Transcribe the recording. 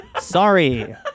Sorry